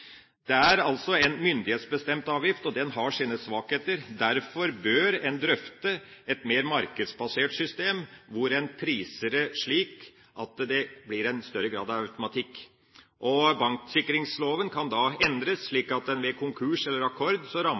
Det er altså en myndighetsbestemt avgift. Den har sine svakheter. Derfor bør en drøfte et mer markedsbasert system, hvor en priser det slik at det blir en større grad av automatikk. Banksikringsloven kan da endres slik at ved konkurs eller akkord